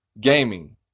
gaming